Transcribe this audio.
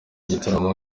igitaramo